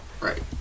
Right